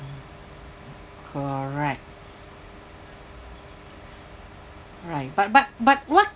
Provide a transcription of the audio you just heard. correct right but but but what